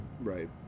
Right